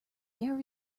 air